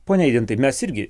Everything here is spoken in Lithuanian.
pone eidintai mes irgi